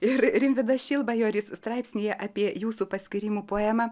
ir rimvydas šilbajoris straipsnyje apie jūsų paskyrimų poemą